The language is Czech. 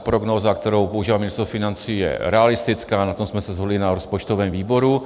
Prognóza, kterou používá Ministerstvo financí, je realistická, na tom jsme se shodli i na rozpočtovém výboru.